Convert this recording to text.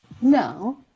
No